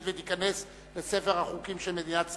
והיא תיכנס לספר החוקים של מדינת ישראל.